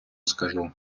скажу